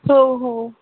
हो हो